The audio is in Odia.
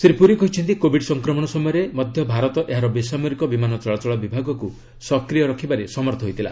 ଶ୍ରୀ ପୁରୀ କହିଛନ୍ତି କୋବିଡ୍ ସଂକ୍ରମଣ ସମୟରେ ମଧ୍ୟ ଭାରତ ଏହାର ବେସାମରିକ ବିମାନ ଚଳାଚଳ ବିଭାଗକୁ ସକ୍ରିୟ ରଖିବାରେ ସମର୍ଥ ହୋଇଥିଲା